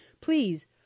Please